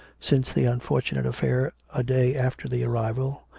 since the unfortunate affair a day after the arrival,